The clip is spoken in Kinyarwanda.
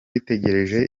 yitegereza